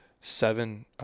seven